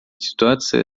ситуация